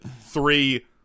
three